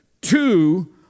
Two